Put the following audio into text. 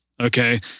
Okay